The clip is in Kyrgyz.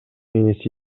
иниси